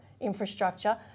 infrastructure